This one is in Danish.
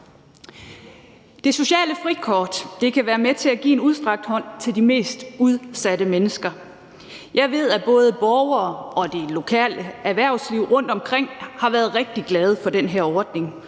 Det sociale frikort kan være med til at give en udstrakt hånd til de mest udsatte mennesker. Jeg ved, at både borgere og det lokale erhvervsliv rundtomkring har været rigtig glade for den her ordning,